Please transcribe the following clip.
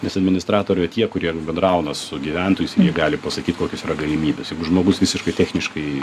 nes administratoriai yra tie kurie bendrauna su gyventojais gali pasakyt kokios yra galimybės jeigu žmogus visiškai techniškai